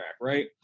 right